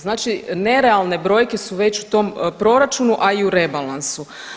Znači nerealne brojke su već u tom proračunu, a i u rebalansu.